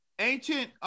Ancient